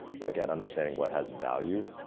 like at understanding what has value